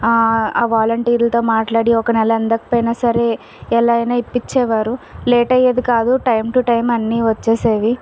ఆ వాలంటీర్లతో మాట్లాడి ఒక నెల అందకపోయినా సరే ఎలా అయినా ఇప్పించేవారు లేట్ అయ్యేది కాదు టైం టు టైం అన్నీ వచ్చేసేవి